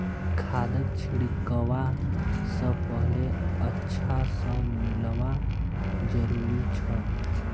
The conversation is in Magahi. खादक छिड़कवा स पहले अच्छा स मिलव्वा जरूरी छ